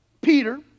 Peter